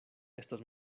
estas